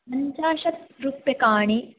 पञ्चाशत्रूप्यकाणि